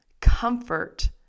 comfort